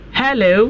hello